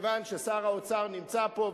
מכיוון ששר האוצר נמצא פה,